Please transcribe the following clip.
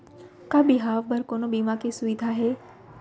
का बिहाव बर कोनो बीमा के सुविधा हे?